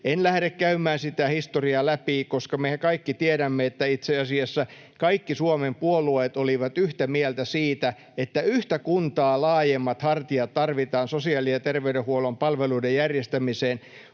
En lähde käymään sitä historiaa läpi, koska mehän kaikki tiedämme, että itse asiassa kaikki Suomen puolueet olivat yhtä mieltä siitä, että tarvitaan yhtä kuntaa laajemmat hartiat sosiaali- ja terveydenhuollon palveluiden järjestämiseen.